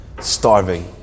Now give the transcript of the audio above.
starving